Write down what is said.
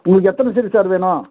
உங்களுக்கு எத்தனை செடி சார் வேணும்